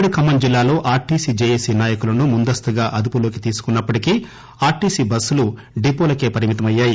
ఉమ్మడి ఖమ్మం జిల్లాలో RTC JAC నాయకులను ముందస్తుగా అదుపులోకి తీసుకున్నప్పటికీ ఆర్లీసీ బస్సులు డిపోలకే పరిమితమయ్యాయి